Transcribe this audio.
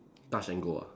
touch and go ah